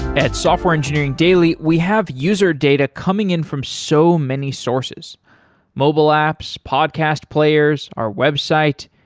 at software engineering daily, we have user data coming in from so many sources mobile apps, podcast players, our website,